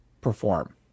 perform